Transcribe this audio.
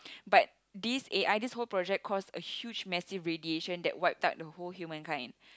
but this A_I this whole project cause a huge massive radiation that wipe out the whole human kind